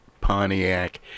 Pontiac